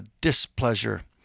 displeasure